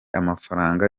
amafaranga